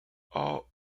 all